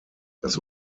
das